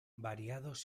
variados